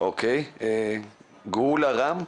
גאולה רם.